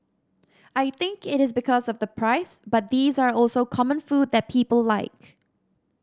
I think it is because of the price but these are also common food that people like